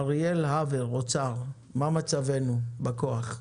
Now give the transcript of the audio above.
אריאל הבר, משרד האוצר, מה מצבנו בכוח?